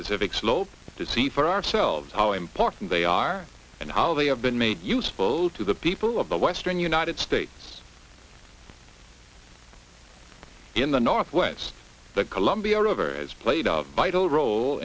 pacific slope to see for ourselves how important they are and how they have been made useful to the people of the western united states in the northwest the columbia river has played a vital role